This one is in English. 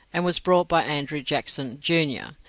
and was brought by andrew jackson, junior,